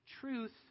truth